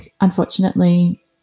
unfortunately